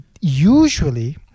usually